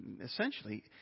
essentially